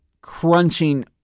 crunching